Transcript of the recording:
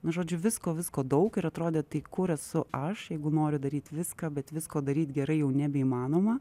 nu žodžiu visko visko daug ir atrodė tai kur esu aš jeigu noriu daryt viską bet visko daryt gerai jau nebeįmanoma